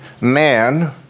man